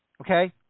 Okay